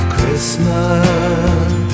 Christmas